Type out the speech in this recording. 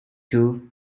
too